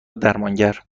درمانگر